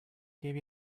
gave